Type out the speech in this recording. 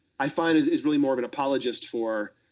i find is is really more of an apologist for,